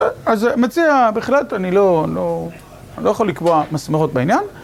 אז מציע בהחלט, אני לא יכול לקבוע מסמרות בעניין